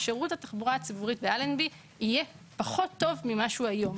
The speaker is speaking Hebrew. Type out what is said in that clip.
שירות התחבורה הציבורית באלנבי יהיה פחות טוב ממה שהוא היום.